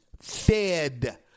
fed